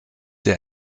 der